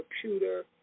computer